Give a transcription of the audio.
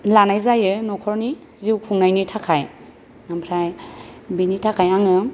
लानाय जायो नखरनि जिउ खुंनायनि थाखाय ओमफ्राय बिनि थाखाय आङो